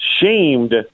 shamed